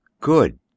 Good